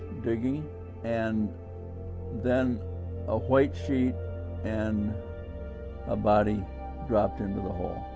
digging and then a white sheet and a body dropped into the hole